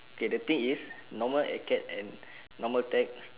okay the thing is normal acad and normal tech